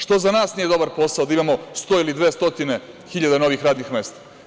Što za nas nije dobar posao da imamo 100 ili 200 hiljada novih radnih mesta?